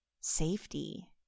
safety